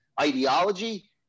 ideology